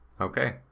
Okay